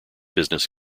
business